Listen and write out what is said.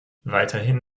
weiterhin